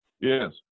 Yes